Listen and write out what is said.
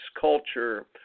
culture